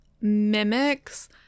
mimics